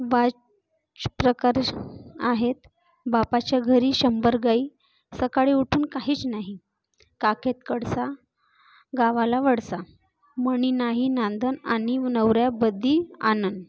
वाक्प्रचार आहेत बापाच्या घरी शंभर गाई सकाळी उठून काहीच नाही काखेत कळसा गावाला वळसा मनी नाही नांदन आणि नवऱ्या बदी आनंद